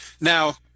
Now